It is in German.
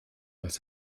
was